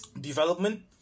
development